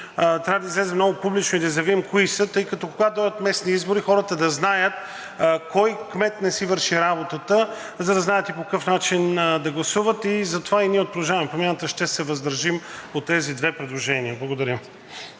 трябва да излезем и публично да заявим кои са, тъй като, когато дойдат местни избори, хората да знаят кой кмет не си върши работата, за да знаят и по какъв начин да гласуват. И затова ние от „Продължаваме Промяната“ ще се въздържим по тези две предложения. Благодаря.